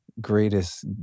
greatest